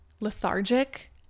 lethargic